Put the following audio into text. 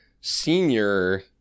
senior